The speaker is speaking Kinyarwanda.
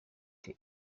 the